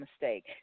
mistake